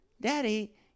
Daddy